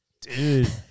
Dude